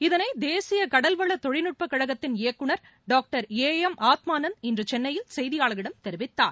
இதனை தேசிய கடல்வள தொழில்நுட்பக் கழகத்தின் இயக்குனர் டாக்டர் எம் ஏ ஆத்மானந்த் இன்று சென்னையில் செய்தியாளர்களிடம் தெரிவித்தார்